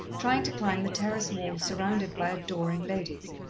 trying to climb the terrace wall, surrounded by adoring ladies.